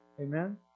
Amen